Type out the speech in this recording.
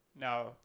Now